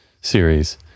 series